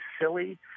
silly